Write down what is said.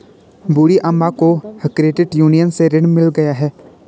बूढ़ी अम्मा को credit union से ऋण मिल गया है